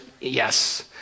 yes